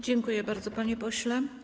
Dziękuję bardzo, panie pośle.